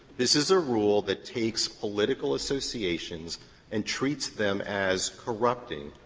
this is a rule that takes political associations and treats them as corrupting,